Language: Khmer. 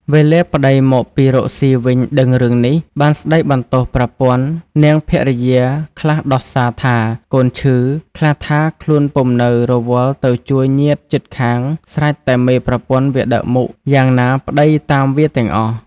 វេលាប្តីមកពីរកស៊ីវិញដឹងរឿងនេះ បានស្តីបន្ទោសប្រពន្ធ នាងភវិយាខ្លះដោះ សាថា កូនឈឺ ខ្លះថា ខ្លួនពុំនៅរវល់ទៅជួយញាតិជិតខាងស្រេចតែមេប្រពន្ធវាដឹកមុខ យ៉ាងណា ប្តីតាមវាទាំងអស់ ។